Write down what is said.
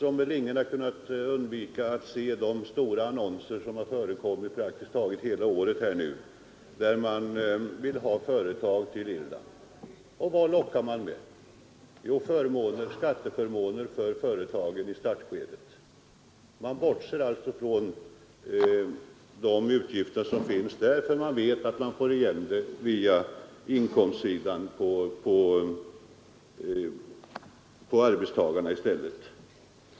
Ingen har väl kunnat undgå att se de annonser om Irland som förekommit i år och enligt vilka man vill ha företag till Irland. Och vad lockar man med? Jo, med skatteförmåner för företagen i startskedet. Man bortser alltså från de utgifter som uppkommer där, för man vet att man får in pengarna via arbetstagarna i stället.